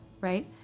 right